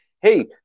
Hey